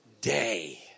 day